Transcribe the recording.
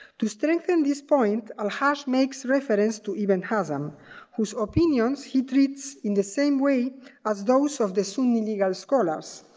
to strengthen this point, al-haj makes reference to ibn hasan whose opinions he treats in the same way as those of the sunni legal scholars.